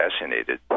assassinated